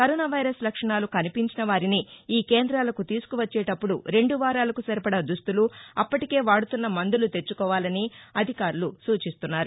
corona virus లక్షణాలు కనిపించిన వారిని ఈ కేంద్రాలకు తీసుకువచ్చేటప్పుడు రెండు వారాలకు సరిపడా దుస్తులు అప్పటికే వాడుతున్న మందులు తెచ్చుకోవాలని అధికారులు సూచిస్తున్నారు